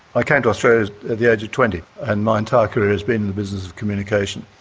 i came to australia at the age of twenty, and my entire career has been the business of communication,